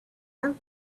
have